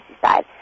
side